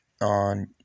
on